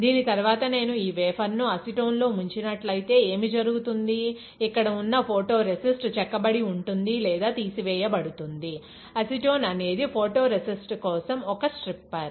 దీని తరువాత నేను ఈ వేఫర్ ను అసిటోన్ లో ముంచినట్లయితే ఏమి జరుగుతుంది ఇక్కడ ఉన్న ఫోటో రెసిస్ట్ చెక్కబడి ఉంటుంది లేదా తీసివేయబడుతుంది అసిటోన్ అనేది ఫోటో రెసిస్ట్ కోసం ఒక స్ట్రిప్పర్